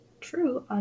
true